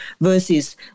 versus